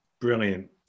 brilliant